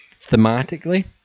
thematically